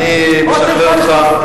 חבר הכנסת ביבי, אני משחרר אותך.